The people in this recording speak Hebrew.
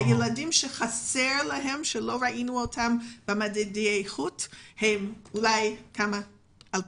הילדים שלא ראינו אותם במדדי האיכות הם אולי 2,000